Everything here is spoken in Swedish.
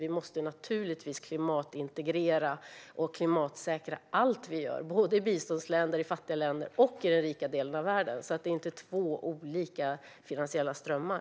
Man måste naturligtvis klimatintegrera och klimatsäkra allt man gör, och det gäller både biståndsländerna, fattiga länder och den rika delen av världen. Det handlar alltså inte om två olika finansiella strömmar.